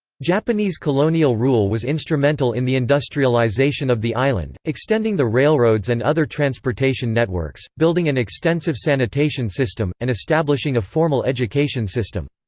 japanese colonial rule was instrumental in the industrialization of the island, extending the railroads and other transportation networks, building an extensive sanitation system, and establishing a formal education system.